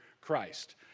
Christ